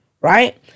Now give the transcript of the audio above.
right